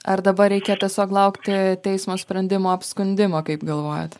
ar dabar reikia tiesiog laukti teismo sprendimo apskundimo kaip galvojat